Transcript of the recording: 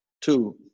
two